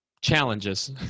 challenges